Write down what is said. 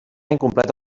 incompleta